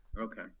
Okay